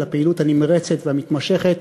על הפעילות הנמרצת והמתמשכת